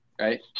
right